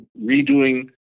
redoing